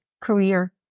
career